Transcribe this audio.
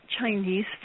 Chinese